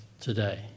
today